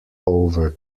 over